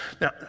Now